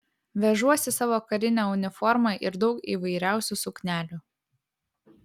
vežuosi savo karinę uniformą ir daug įvairiausių suknelių